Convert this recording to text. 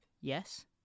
Yes